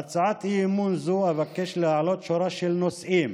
בהצעת אי-אמון זו אבקש להעלות שורה של נושאים